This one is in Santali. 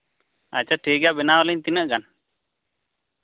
ᱟᱪᱪᱷᱟ ᱴᱷᱤᱠᱜᱮᱭᱟ ᱵᱮᱱᱟᱣᱟᱞᱤᱧ ᱛᱤᱱᱟᱹᱜ ᱜᱟᱱ